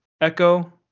Echo